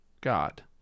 God